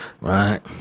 right